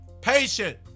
Patient